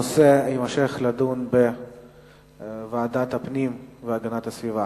הנושא ימשיך להידון בוועדת הפנים והגנת הסביבה.